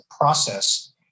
process